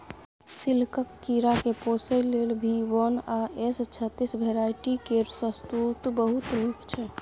सिल्कक कीराकेँ पोसय लेल भी वन आ एस छत्तीस भेराइटी केर शहतुत बहुत नीक छै